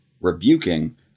rebuking